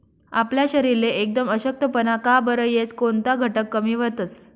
आपला शरीरले एकदम अशक्तपणा का बरं येस? कोनता घटक कमी व्हतंस?